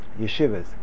yeshivas